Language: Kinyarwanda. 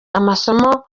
amasomo